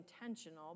intentional